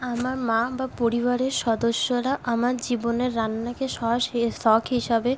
আমার মা বা পরিবারের সদস্যরা আমার জীবনে রান্নাকে শখ হিসাবে